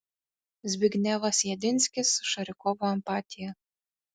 zbignevas jedinskis šarikovo empatija